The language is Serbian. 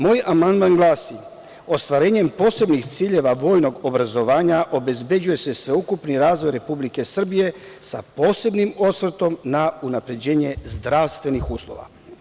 Moj amandman glasi – Ostvarenjem posebnih ciljeva vojnog obrazovanja, obezbeđuje se sveukupni razvoj Srbije sa posebnim osvrtom na unapređenje zdravstvenih uslova.